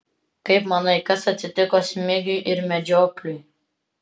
kaip manai kas atsitiko smigiui ir medžiokliui